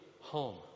home